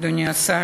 אדוני השר,